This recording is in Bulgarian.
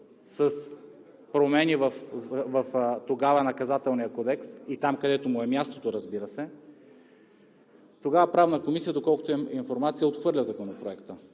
с промени в Наказателния кодекс – там, където му е мястото, разбира се, тогава Правната комисия, доколкото имам информация, отхвърля Законопроекта